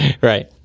Right